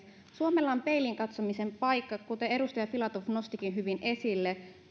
suomella on peiliin katsomisen paikka kuten edustaja filatov nostikin hyvin esille